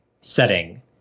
setting